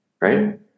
Right